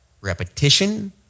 repetition